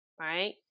right